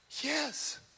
Yes